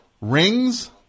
Rings